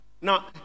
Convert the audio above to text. now